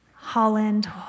Holland